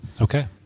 Okay